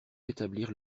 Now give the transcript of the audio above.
rétablir